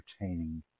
entertaining